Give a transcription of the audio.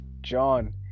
John